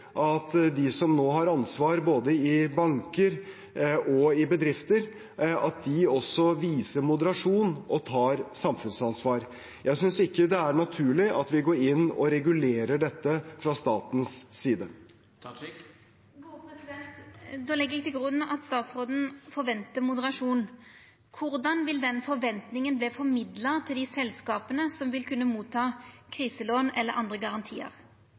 at de som nå har ansvar både i banker og i bedrifter, også viser moderasjon og tar samfunnsansvar. Jeg synes ikke det er naturlig at vi går inn og regulerer dette fra statens side. Då legg eg til grunn at statsråden forventar moderasjon. Korleis vil den forventninga verta formidla til dei selskapa som vil kunna ta imot kriselån eller andre garantiar?